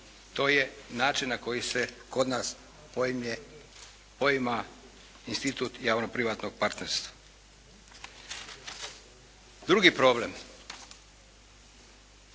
To je način na koji se kod nas poimlje, poima institut javno privatnog partnerstva. Drugi problem.